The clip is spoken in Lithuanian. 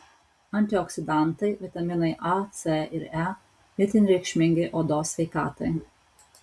antioksidantai vitaminai a c ir e itin reikšmingi odos sveikatai